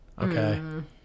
Okay